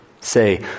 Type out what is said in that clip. Say